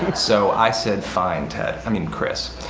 but so i said fine, ted i mean chris.